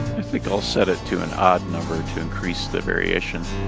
think i'll set it to an odd number to increase the variation